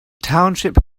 township